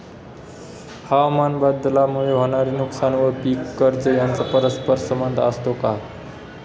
हवामानबदलामुळे होणारे नुकसान व पीक कर्ज यांचा परस्पर संबंध असतो का?